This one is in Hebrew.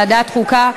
ועדת החוקה,